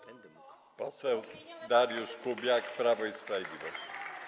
Poseł Dariusz Kubiak, Prawo i Sprawiedliwość.